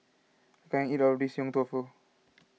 I can't eat all of this Yong Tau Foo